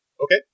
Okay